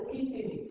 eating